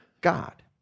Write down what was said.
God